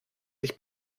sich